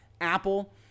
Apple